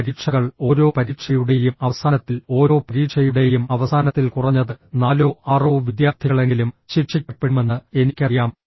E പരീക്ഷകൾ ഓരോ പരീക്ഷയുടെയും അവസാനത്തിൽ ഓരോ പരീക്ഷയുടെയും അവസാനത്തിൽ കുറഞ്ഞത് നാലോ ആറോ വിദ്യാർത്ഥികളെങ്കിലും ശിക്ഷിക്കപ്പെടുമെന്ന് എനിക്കറിയാം